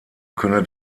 könne